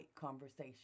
conversation